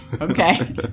Okay